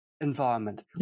environment